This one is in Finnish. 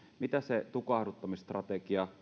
mitä käytännössä tarkoittaisi se tukahduttamisstrategia